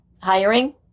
hiring